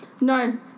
No